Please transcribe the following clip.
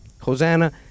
Hosanna